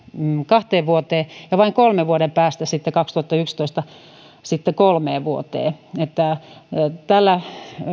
kahteen vuoteen ja vain kolmen vuoden päästä kaksituhattayksitoista sitten kolmeen vuoteen että tällä